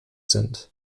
sind